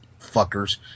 fuckers